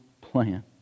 plan